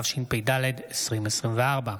התשפ"ד 2024,